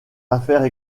affaires